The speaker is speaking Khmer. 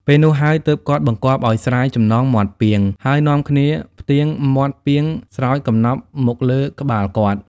ពេលនោះហើយ ទើបគាត់បង្គាប់ឲ្យស្រាយចំណងមាត់ពាង ហើយនាំគ្នាផ្ទៀងមាត់ពាងស្រោចកំណប់មកលើក្បាលគាត់។